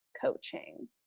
Coaching